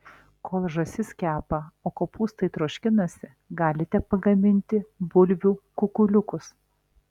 kol žąsis kepa o kopūstai troškinasi galite pagaminti bulvių kukuliukus